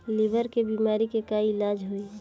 Liver के बीमारी के का इलाज होई?